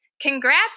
Congrats